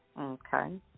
Okay